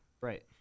Right